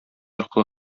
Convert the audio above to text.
аркылы